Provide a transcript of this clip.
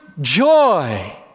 joy